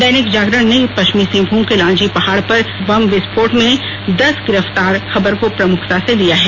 दैनिक जागरण ने पश्चिमी सिंहभूम के लांजी पहाड़ पर बम विस्फोट में दस गिरफ्तार खबर को प्रमुखता से लिया है